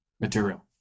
material